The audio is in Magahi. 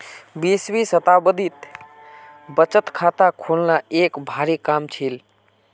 बीसवीं शताब्दीत बचत खाता खोलना एक भारी काम छील